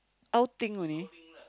outing only